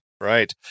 right